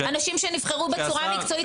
אנשים שנבחרו בצורה מקצועית,